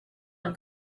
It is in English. and